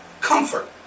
Comfort